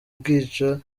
bwica